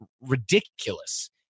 ridiculous